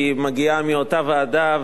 כי היא מגיעה מאותה ועדה,